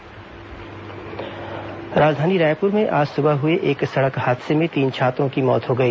दुर्घटना राजधानी रायपुर में आज सुबह हुए एक सड़क हादसे में तीन छात्रों की मौत हो गई